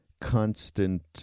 constant